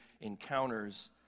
encounters